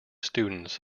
students